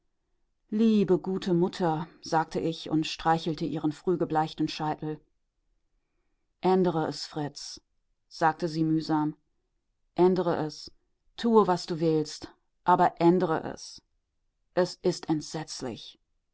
liebe gute mutter sagte ich und streichelte ihren frühgebleichten scheitel ändere es fritz sagte sie mühsam ändere es tue was du willst aber ändere es es ist entsetzlich